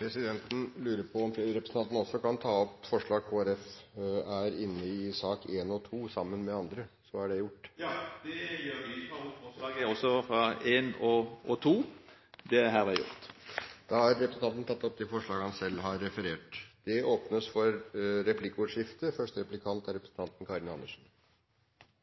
Jeg tar herved opp mindretallets forslag, forslag nr. 1 i Dokument 12:34. Presidenten lurer på om representanten også kan ta opp forslagene som Kristelig Folkeparti er med på i sakene nr. 1 og 2, sammen med andre, så er det gjort. Da tar jeg også opp forslagene i sakene nr. 1 og 2. Da har representanten Hans Fredrik Grøvan tatt opp de forslagene han refererte til. Det åpnes for replikkordskifte.